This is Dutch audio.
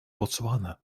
botswana